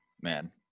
man